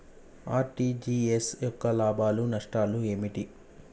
RTGS యొక్క లాభాలు నష్టాలు ఏమిటి?